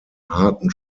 harten